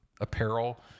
apparel